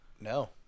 No